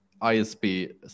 ISP